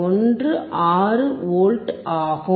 16 V ஆகும்